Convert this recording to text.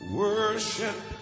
worship